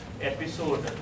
episode